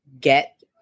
get